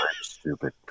stupid